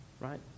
right